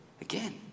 Again